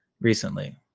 recently